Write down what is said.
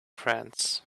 friends